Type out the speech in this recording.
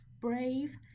brave